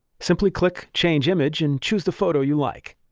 simply click change image and choose the photo you like.